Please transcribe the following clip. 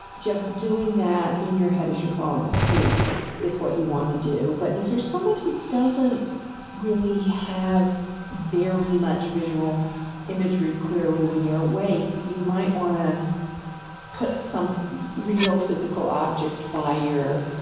just doing that in your head as you're falling asleep is what you want to do. but if you're someone who doesn't really have very much visual imagery clearly when you're awake, you might want to put some real physical object by your.